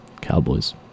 Cowboys